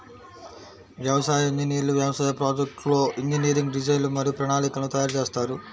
వ్యవసాయ ఇంజనీర్లు వ్యవసాయ ప్రాజెక్ట్లో ఇంజనీరింగ్ డిజైన్లు మరియు ప్రణాళికలను తయారు చేస్తారు